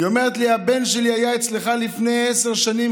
היא אומרת לי: הבן שלי היה אצלך לפני עשר שנים,